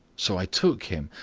so i took him,